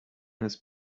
his